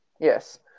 Yes